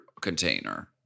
container